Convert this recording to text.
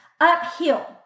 uphill